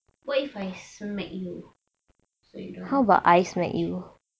what if I smack you so you don't